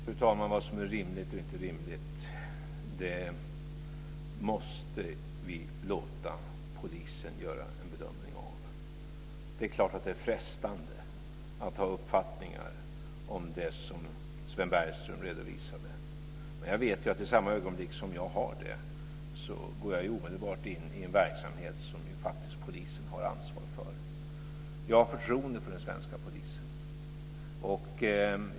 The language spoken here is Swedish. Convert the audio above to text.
Fru talman! Vi måste låta polisen göra en bedömning av vad som är rimligt och inte rimligt. Det är klart att det är frestande att ha uppfattningar om det som Sven Bergström redovisade. Men i samma ögonblick som jag har det, går jag in i en verksamhet som polisen har ansvar för. Jag har förtroende för den svenska polisen.